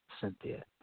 Cynthia